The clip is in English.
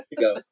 go